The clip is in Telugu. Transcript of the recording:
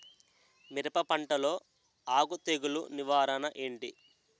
మిరప పంటలో ఆకు తెగులు నివారణ ఏంటి?